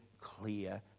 clear